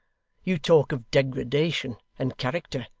you talk of degradation and character.